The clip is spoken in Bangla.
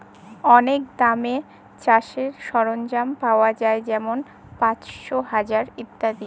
অনেক দামে চাষের সরঞ্জাম পাওয়া যাই যেমন পাঁচশো, হাজার ইত্যাদি